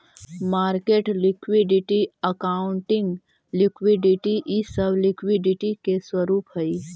market liquidity, accounting liquidity इ सब liquidity के स्वरूप हई